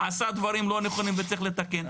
עשה דברים לא נכונים וצריך לתקן,